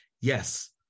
Yes